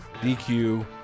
DQ